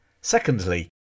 Secondly